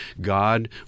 God